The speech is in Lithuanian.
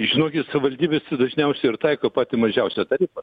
žinokit savaldybės tai dažniausiai ir taiko pati mažiausią tarifą